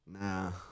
Nah